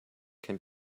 can